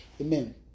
amen